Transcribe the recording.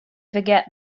forget